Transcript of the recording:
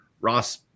ross